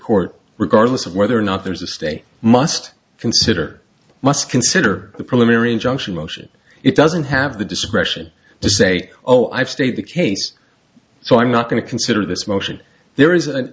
court regardless of whether or not there's a state must consider must consider the preliminary injunction motion it doesn't have the discretion to say oh i've stayed the case so i'm not going to consider this motion there is an